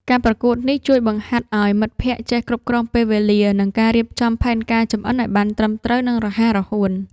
ការប្រកួតនេះជួយបង្ហាត់ឱ្យមិត្តភក្តិចេះគ្រប់គ្រងពេលវេលា និងការរៀបចំផែនការចម្អិនឱ្យបានត្រឹមត្រូវ និងរហ័សរហួន។